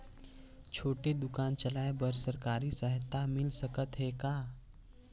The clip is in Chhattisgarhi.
छोटे दुकान चलाय बर सरकारी सहायता मिल सकत हे का?